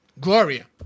Gloria